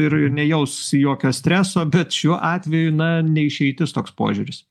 ir ir nejausi jokio streso bet šiuo atveju na ne išeitis toks požiūris